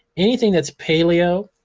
anything that's paleo,